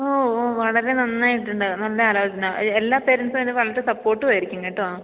ഓ വളരെ നന്നായിട്ടുണ്ടത് നല്ല ആലോചന എല്ലാ പേരെൻസും അതിന് വളരെ സപ്പോർട്ടുമായിരിക്കും കേട്ടോ